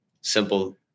simple